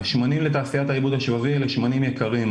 השמנים לתעשיית העיבוד השבבי יקרים,